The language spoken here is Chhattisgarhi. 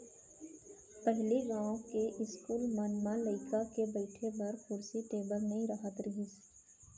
पहिली गॉंव के इस्कूल मन म लइका मन के बइठे बर कुरसी टेबिल नइ रहत रहिस